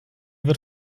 wird